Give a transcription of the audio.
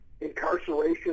incarceration